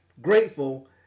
Grateful